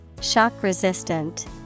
Shock-resistant